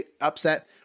upset